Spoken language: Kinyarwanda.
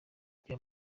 reba